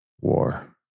War